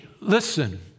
Listen